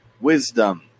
wisdom